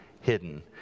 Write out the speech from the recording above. hidden